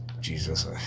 Jesus